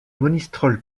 monistrol